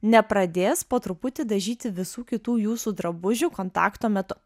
nepradės po truputį dažyti visų kitų jūsų drabužių kontakto metu